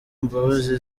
mbabazi